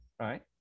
right